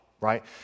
Right